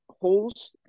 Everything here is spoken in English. holes